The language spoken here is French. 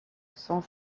cent